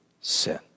sin